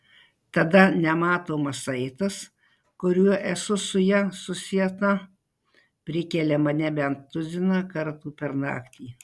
tada nematomas saitas kuriuo esu su ja susieta prikelia mane bent tuziną kartų per naktį